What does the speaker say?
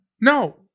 No